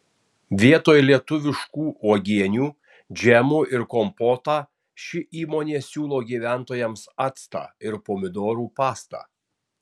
vietoj lietuviškų uogienių džemų ir kompotą ši įmonė siūlo gyventojams actą ir pomidorų pastą